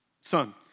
son